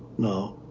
now,